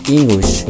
English